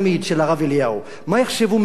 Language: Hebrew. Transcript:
מה יחשבו מאות אלפי תלמידי הישיבות,